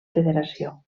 federació